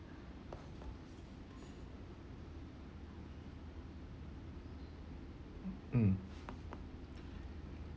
mm